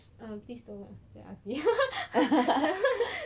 uh please don't ah very aunty